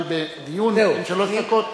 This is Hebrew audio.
אבל בדיון בן שלוש דקות,